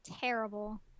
Terrible